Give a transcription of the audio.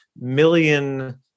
million